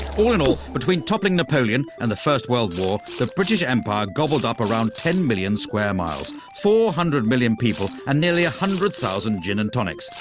all in all, between toppling napoleon and the first world war, the british empire gobbled up around ten million square miles, four hundred million people, and nearly a hundred thousand gin and tonics.